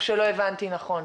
או שלא הבנתי נכון.